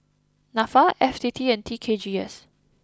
Nafa F T T and T K G S